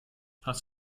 hast